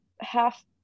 half